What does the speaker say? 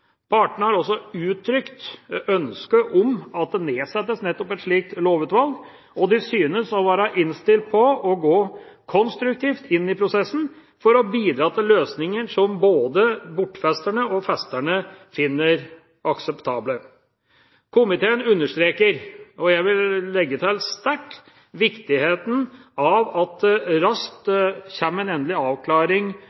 Partene har også uttrykt ønske om at det nedsettes nettopp et slikt lovutvalg, og de synes å være innstilt på å gå konstruktivt inn i prosessen for å bidra til løsninger som både bortfesterne og festerne finner akseptable. Komiteen understreker – og jeg vil legge til sterkt – viktigheten av at det raskt